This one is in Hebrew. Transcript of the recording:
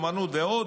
אומנות ועוד,